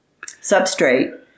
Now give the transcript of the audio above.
substrate